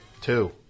Two